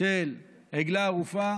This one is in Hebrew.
של עגלה ערופה.